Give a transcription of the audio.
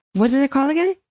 what is it called again?